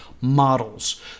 models